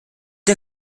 der